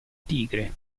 tigre